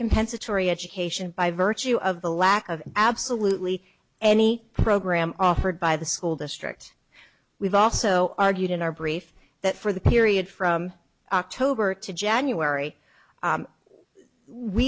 compensatory education by virtue of the lack of absolutely any program offered by the school district we've also argued in our brief that for the period from october to january